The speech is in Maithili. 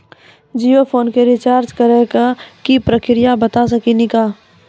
जियो फोन के रिचार्ज करे के का प्रक्रिया बता साकिनी का?